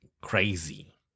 crazy